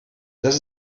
das